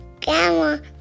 camera